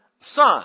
son